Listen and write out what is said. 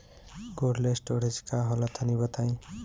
Cold storage का होला तनि बताई?